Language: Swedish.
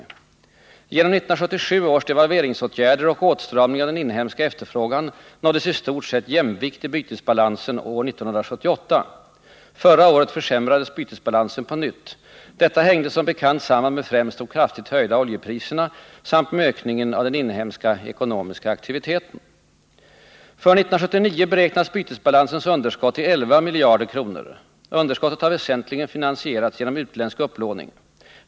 Genom 1977 års devalveringsåtgärder och åtstramning av den inhemska efterfrågan nåddes i stort sett jämvikt i bytesbalansen år 1978. Förra året försämrades bytesbalansen på nytt. Detta hängde som 85 att minska utlandsupplåningen bekant samman med främst de kraftigt höjda oljepriserna samt med ökningen av den inhemska ekonomiska aktiviteten. För 1979 beräknas bytesbalansens underskott till 11,0 miljarder kronor. Underskottet har väsentligen finansierats genom utländsk upplåning.